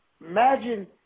Imagine